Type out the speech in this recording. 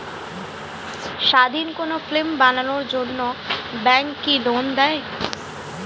স্বাধীন কোনো ফিল্ম বানানোর জন্য ব্যাঙ্ক কি লোন দেয়?